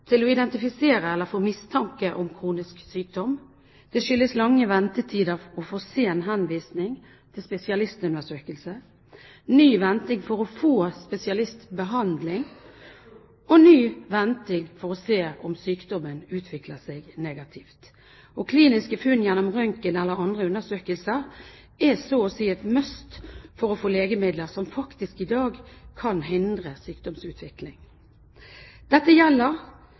til å identifisere eller få mistanke om kronisk sykdom. Det skyldes lange ventetider og for sen henvisning til spesialistundersøkelse, ny venting for å få spesialistbehandling og ny venting for å se om sykdommen utvikler seg negativt. Kliniske funn gjennom røntgen eller andre undersøkelser er så å si et must for å få legemidler som faktisk i dag kan hindre sykdomsutvikling. Dette gjelder